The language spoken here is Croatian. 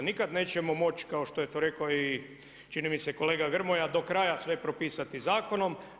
Nikad nećemo moći kao što je to rekao i čini mi se kolega Grmoja do kraja sve propisati zakonom.